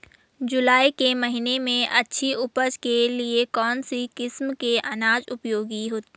जुलाई के महीने में अच्छी उपज के लिए कौन सी किस्म के अनाज उपयोगी हैं?